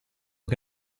che